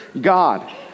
God